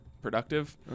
productive